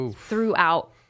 throughout